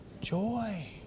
Joy